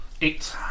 Eight